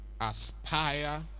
aspire